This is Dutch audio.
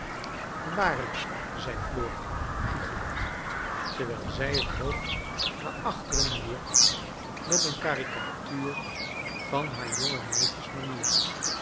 waarlijk zei flora giegelend terwijl zij het hoofd naar achteren wierp met een karikatuur van haar jongemeisjesmanier